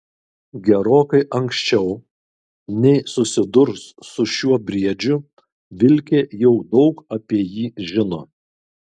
gerokai anksčiau nei susidurs su šiuo briedžiu vilkė jau daug apie jį žino